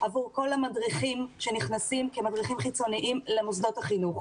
עבור כל המדריכים שנכנסים כמדריכים חיצוניים למוסדות החינוך.